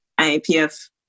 IAPF